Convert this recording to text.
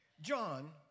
John